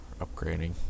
upgrading